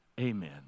Amen